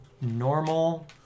Normal